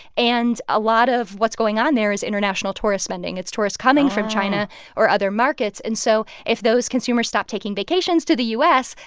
and a lot of what's going on there is international tourist spending. its tourists coming from china or other markets. and so if those consumers stop taking vacations to the u s,